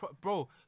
Bro